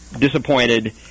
disappointed